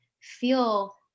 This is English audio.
feel